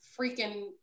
freaking